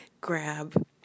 grab